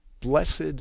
blessed